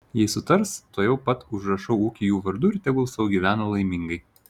jei sutars tuojau pat užrašau ūkį jų vardu ir tegul sau gyvena laimingai